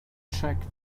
checked